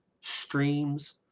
streams